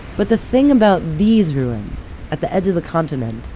but the thing about these ruins at the edge of the continent,